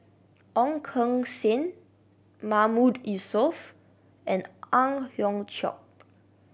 Ong Keng Sen Mahmood Yusof and Ang Hiong Chiok